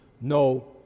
no